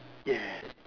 ya